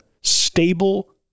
stable